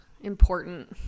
important